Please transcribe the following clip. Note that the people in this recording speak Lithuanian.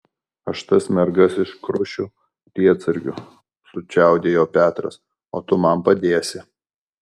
aš tas mergas iškrušiu lietsargiu sučiaudėjo petras o tu man padėsi